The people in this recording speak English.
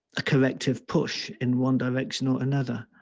a corrective push in one direction or another.